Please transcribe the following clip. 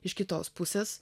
iš kitos pusės